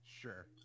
Sure